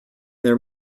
their